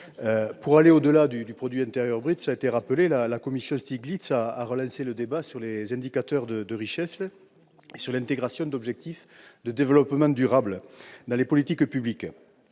dans les études d'impact. Cela a été rappelé, la commission Stiglitz a relancé le débat sur les indicateurs de richesse et sur l'intégration d'objectifs de développement durable dans les politiques publiques,